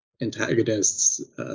antagonists